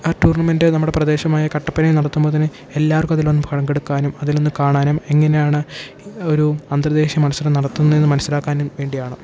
ആ ടൂർണമെൻറ്റ് നമ്മുടെ പ്രദേശമായ കട്ടപ്പനയിൽ നടത്തുമ്പോൾ തന്നെ എല്ലാവർക്കും അതിൽ ഒന്ന് പങ്കെടുക്കാനും അതിൽ ഒന്ന് കാണാനും എങ്ങനെയാണ് ഒരു അന്തർദേശീയ മത്സരം നടത്തുന്നത് എന്ന് മനസ്സിലാക്കാനും വേണ്ടിയാണ്